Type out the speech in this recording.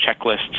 checklists